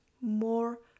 more